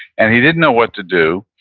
and he didn't know what to do,